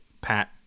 Pat